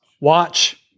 watch